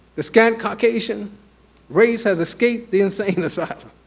the scant caucasian race has escaped the insane asylum